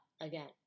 Again